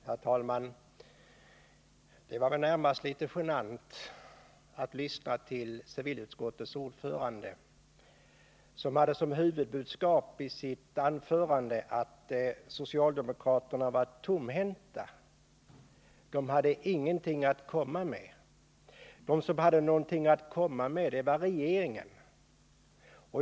Herr talman! Det var närmast litet genant att lyssna till civilutskottets ordförande. Huvudbudskapet i hans anförande är att socialdemokraterna står tomhänta, att de inte har någonting att komma med — de som har någonting att komma med är regeringen.